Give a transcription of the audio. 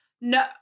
No